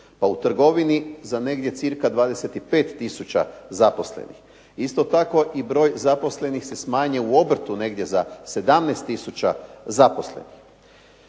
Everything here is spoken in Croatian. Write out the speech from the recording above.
pa u trgovini za negdje cirka 25 tisuća zaposlenih. Isto tako i broj zaposlenih se smanjio u obrtu negdje za 17 tisuća zaposlenih.